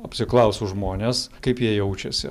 apsiklausus žmones kaip jie jaučiasi